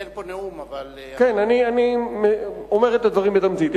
אין פה נאום, אבל, כן, אני אומר את הדברים בתמצית.